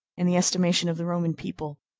in the estimation of the roman people,